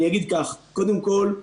אני אגיד כך: קודם כול,